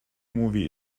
movie